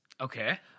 Okay